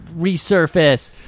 resurface